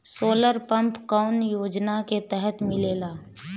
Solar pump कौने योजना के तहत मिलेला?